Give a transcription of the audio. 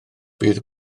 bydd